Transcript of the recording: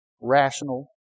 rational